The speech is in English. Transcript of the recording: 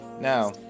now